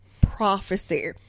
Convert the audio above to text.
prophecy